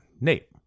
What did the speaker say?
Nate